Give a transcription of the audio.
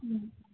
ꯎꯝ